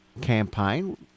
campaign